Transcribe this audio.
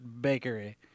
bakery